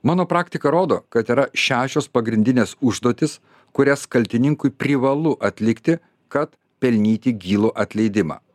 mano praktika rodo kad yra šešios pagrindinės užduotys kurias kaltininkui privalu atlikti kad pelnyti gilų atleidimą